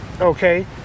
Okay